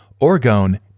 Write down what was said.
Orgone